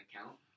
account